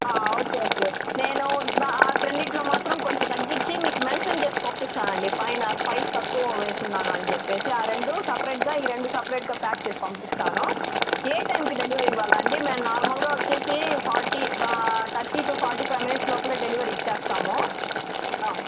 okay okay నేను ఆ రెండిటిలో మాత్రం కొంచెం తగ్గించి మీకు మెన్షన్ చేసి పంపిస్తానండీ పైన స్పైస్ తక్కువ వేసివున్నాను అని చెప్పేసి ఆ రెండు సెపెరేట్గా ఈ రెండు సెపెరేట్గా ప్యాక్ చేసి పంపిస్తాను ఏ టైమ్కి డెలివరీ ఇవ్వాలండీ మేము నార్మల్గా వచ్చేసి forty thirty two forty five minutes లోపలే డెలివరీ ఇచ్చేస్తాము